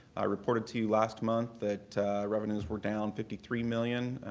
i reported to you last month that revenues were down fifty three million